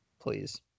Please